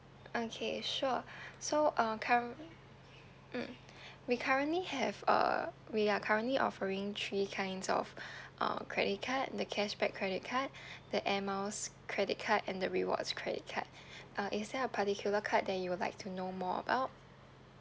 okay sure so uh curre~ mm we currently have err we are currently offering three kinds of uh credit card the cashback credit card the air miles credit card and the rewards credit card uh is there a particular card that you would like to know more about